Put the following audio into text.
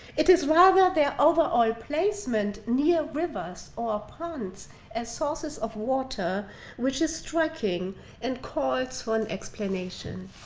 it is rather their overall placement near rivers or ponds as sources of water which is striking and calls for an explanation.